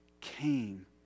came